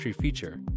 feature